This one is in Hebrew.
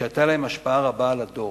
שהיתה להם השפעה רבה על הדור.